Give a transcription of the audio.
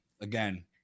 Again